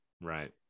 right